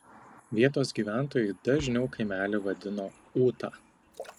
vietos gyventojai dažniau kaimelį vadino ūta